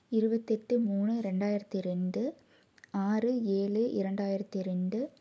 இருபத்தெட்டு மூணு ரெண்டாயிரத்து ரெண்டு ஆறு ஏழு இரண்டாயிரத்து ரெண்டு